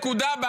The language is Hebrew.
נקודה.